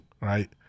right